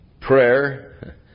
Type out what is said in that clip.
prayer